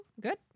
Good